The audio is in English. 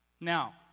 Now